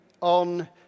on